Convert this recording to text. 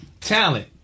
Talent